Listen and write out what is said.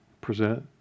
present